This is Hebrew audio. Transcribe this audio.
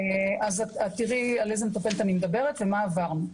ככה את תראי על איזו מטפלת אני מדברת ומה עברנו.